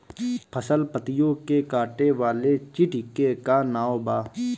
फसल पतियो के काटे वाले चिटि के का नाव बा?